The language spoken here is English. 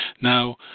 Now